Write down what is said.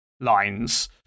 lines